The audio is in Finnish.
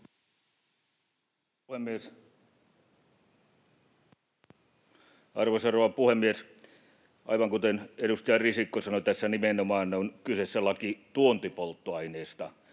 Arvoisa rouva puhemies! Aivan kuten edustaja Risikko sanoi, tässä nimenomaan on kyseessä laki tuontipolttoaineista,